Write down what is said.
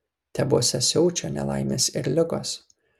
tebuose siaučia nelaimės ir ligos